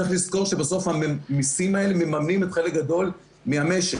צריך לזכור שבסוף המיסים האלה מממנים את החלק הגדול מהמשק.